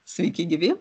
sveiki gyvi